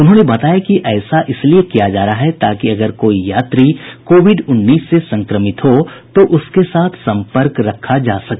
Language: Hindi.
उन्होंने बताया कि ऐसा इसलिए किया जा रहा है ताकि अगर कोई यात्री कोविड उन्नीस से संक्रमित हो तो उसके साथ संपर्क रखा जा सके